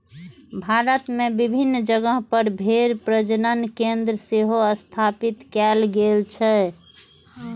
भारत मे विभिन्न जगह पर भेड़ प्रजनन केंद्र सेहो स्थापित कैल गेल छै